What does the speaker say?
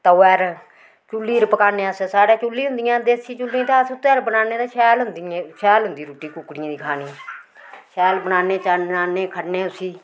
तवै'र चुल्ली'र पकान्ने अस साढ़ै चुल्ली होंदियां देसी चुल्ली ते अस उत्तै'र बनान्ने ते शैल होंदियां शैल होंदी रुट्टी कुकड़ियें दी खाने ई शैल बनान्ने शैल ननान्ने खन्ने उसी